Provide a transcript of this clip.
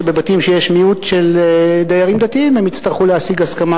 בבתים שיש מיעוט של דיירים דתיים הם יצטרכו להשיג הסכמה